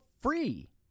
free